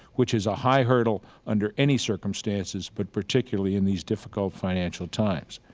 which is a high hurdle under any circumstances, but particularly in these difficult financial times.